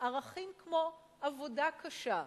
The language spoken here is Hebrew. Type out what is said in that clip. ערכים כמו עבודה קשה,